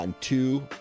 two